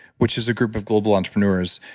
which is a group of global entrepreneurs.